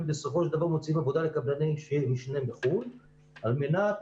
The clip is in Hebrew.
הם בסופו של דבר מוציאים עבודה לקבלני משנה בחו"ל על מנת